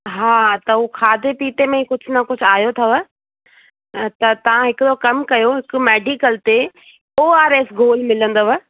हा त उहो खाधे पीते में ई कुझु न कुझु आयो अथव त तव्हां हिकिड़ो कमु कयो हिकु मेडिकल ते ओ आर एस गोल मिलंदव